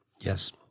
Yes